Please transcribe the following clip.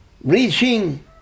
reaching